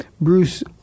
Bruce